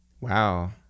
Wow